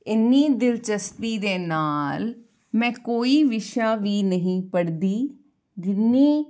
ਇੰਨੀ ਦਿਲਚਸਪੀ ਦੇ ਨਾਲ ਮੈਂ ਕੋਈ ਵਿਸ਼ਾ ਵੀ ਨਹੀਂ ਪੜ੍ਹਦੀ ਜਿੰਨੀ